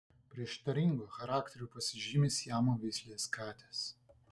prieštaringu charakteriu pasižymi siamo veislės katės